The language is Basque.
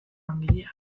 langileak